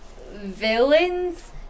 villains